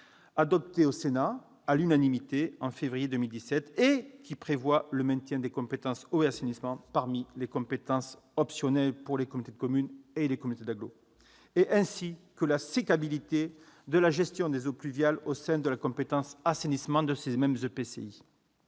adoptée par le Sénat à l'unanimité en février 2017 qui prévoit le maintien des compétences « eau » et « assainissement » parmi les compétences optionnelles des communautés de communes et des communautés d'agglomération, ainsi que la sécabilité de la gestion des eaux pluviales au sein de la compétence « assainissement » de ces mêmes EPCI.